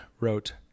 wrote